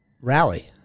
rally